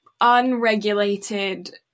unregulated